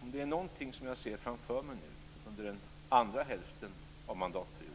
Om det är någonting som jag ser framför mig nu under den andra hälften av mandatperioden